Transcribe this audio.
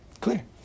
Clear